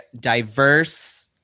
diverse